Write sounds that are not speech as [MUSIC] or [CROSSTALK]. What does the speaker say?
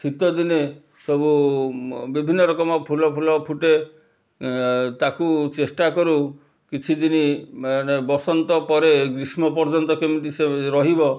ଶୀତ ଦିନେ ସବୁ ବିଭିନ୍ନ ରକମର ଫୁଲ ଫୁଲ ଫୁଟେ ତାକୁ ଚେଷ୍ଟା କରୁ କିଛି ଦିନ [UNINTELLIGIBLE] ବସନ୍ତ ପରେ ଗ୍ରୀଷ୍ମ ପର୍ଯ୍ୟନ୍ତ କେମିତି ସେ ରହିବ